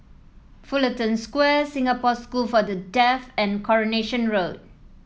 Fullerton Square Singapore School for the Deaf and Coronation Road